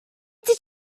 did